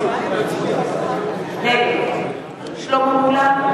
נגד שלמה מולה,